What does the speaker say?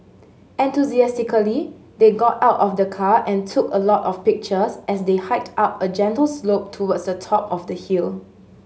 enthusiastically they got out of the car and took a lot of pictures as they hiked up a gentle slope towards the top of the hill